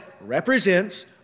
represents